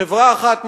חברה אחת,